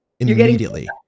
Immediately